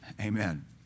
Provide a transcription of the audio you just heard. Amen